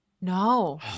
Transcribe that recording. no